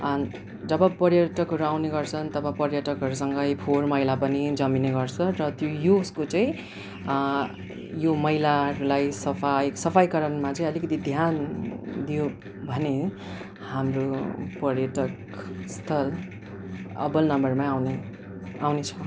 जब पर्यटकहरू आउने गर्छन् तब पर्यटकहरूसँगै फोहोर मैला पनि जमिने गर्छ र त्यो यसको चाहिँ यो मैलाहरूलाई सफाइ सफाइकरणमा चाहिँ अलिकति ध्यान दियौँ भने हाम्रो पर्यटक स्थल अब्बल नम्बरमै आउने आउनेछ